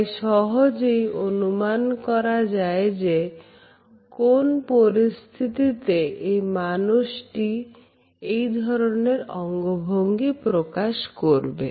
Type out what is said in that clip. তাই সহজেই অনুমান করা যায় যে কোন পরিস্থিতিতে এই মানুষটি এধরনের অঙ্গভঙ্গি প্রকাশ করবে